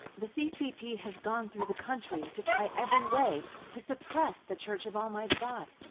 the ccp has gone through the country to try every way to suppress the church of almighty god,